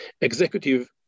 executive